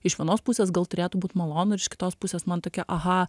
iš vienos pusės gal turėtų būt malonu ir iš kitos pusės man tokia aha